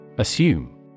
Assume